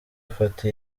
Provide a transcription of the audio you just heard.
afata